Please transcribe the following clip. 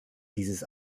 dieses